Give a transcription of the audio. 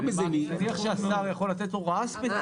יותר מזה, אני מניח שהשר יכול לתת הוראה ספציפית.